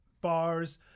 bars